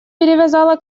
перевязала